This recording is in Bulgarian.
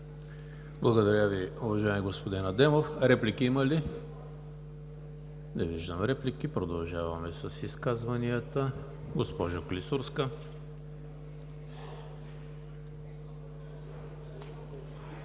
Благодаря Ви, уважаеми господин Адемов. Реплики има ли? Не виждам. Продължаваме с изказванията. Госпожо Клисурска,